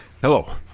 Hello